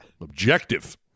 Objective